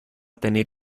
tener